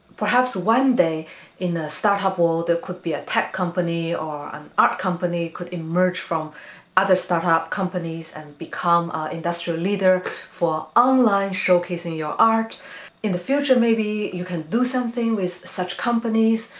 perhaps one day in the startup world there could be a tech company or an art company could emerge from other startup companies and become industrial leader for online showcasing your art in the future maybe you can do something with such companies,